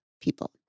people